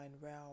realm